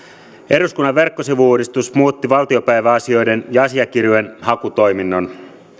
eduskunnan verkkosivu uudistus muutti valtiopäiväasioiden ja asiakirjojen hakutoiminnon